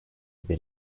bir